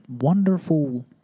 wonderful